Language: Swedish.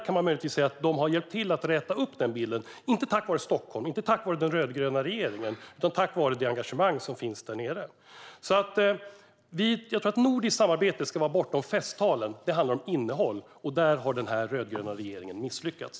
Man kan möjligen säga att de har hjälpt till att räta upp bilden, inte tack vare Stockholm eller den rödgröna regeringen utan tack vare det engagemang som finns där nere. Nordiskt samarbete ska vara bortom festtalen. Det handlar om innehåll, och där har den rödgröna regeringen misslyckats.